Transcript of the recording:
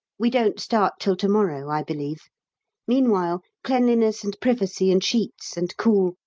we don't start till to-morrow, i believe meanwhile, cleanliness and privacy and sheets, and cool,